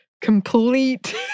complete